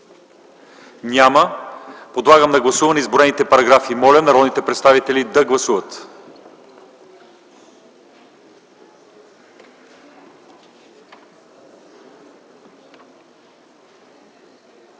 Няма. Подлагам на гласуване изброените параграфи. Моля, народните представители да гласуват.